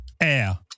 Air